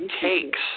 takes